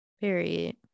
Period